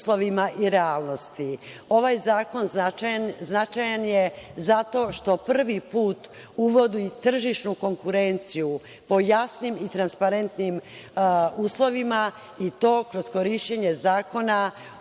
i realnosti. Ovaj zakon značajan je zato što prvi put uvodi tržišnu konkurenciju o jasnim i transparentnim uslovima i to kroz korišćenje Zakona